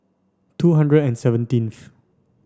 two hundred and seventeenth